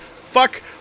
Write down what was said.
fuck